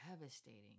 devastating